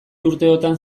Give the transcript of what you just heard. urteotan